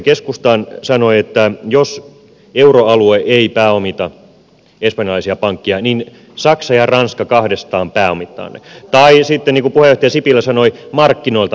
keskusta sanoi että jos euroalue ei pääomita espanjalaisia pankkeja niin saksa ja ranska kahdestaan pääomittavat ne tai sitten niin kuin puheenjohtaja sipilä sanoi markkinoilta nostetaan rahaa